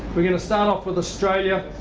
we're going to start off with australia.